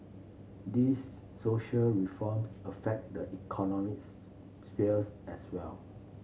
these social reforms affect the economics spheres as well